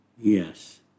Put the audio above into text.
Yes